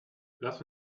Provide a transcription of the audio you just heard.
lass